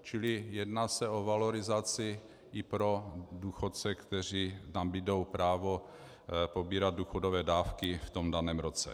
Čili jedná se o valorizaci i pro důchodce, kteří nabudou právo pobírat důchodové dávky v daném roce.